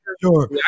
sure